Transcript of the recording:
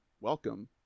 Welcome